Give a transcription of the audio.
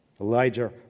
Elijah